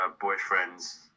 boyfriend's